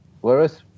whereas